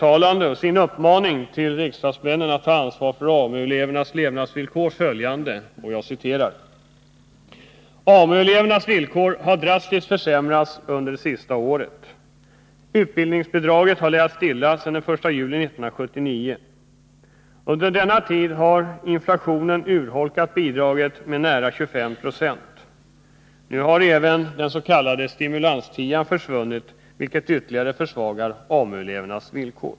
De säger i sin uppmaning till riksdagsmännen att ta ansvar för AMU-elevernas levnadsvillkor följande: ”AMDU-elevernas villkor har drastiskt försämrats under det sista året. Utbildningsbidraget har legat stilla sedan den 1 juli 1979. Under denna tid har inflationen urholkat bidraget med nära 25 96. Nu har även den s.k. stimulanstian försvunnit vilket ytterligare försvagar AMU-elevernas villkor.